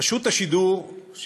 רשות השידור,